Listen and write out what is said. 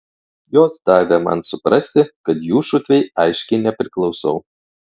jos davė man suprasti kad jų šutvei aiškiai nepriklausau